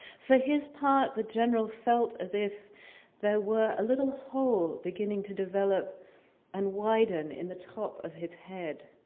for his part, the general felt as if there were a little hole beginning to develop and widen in the top of his head.